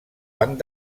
banc